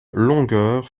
longueur